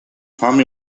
fam